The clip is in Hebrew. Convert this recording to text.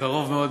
בקרוב מאוד,